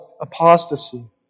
apostasy